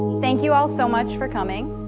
thank you all so much for coming.